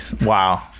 Wow